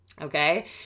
Okay